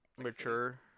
Mature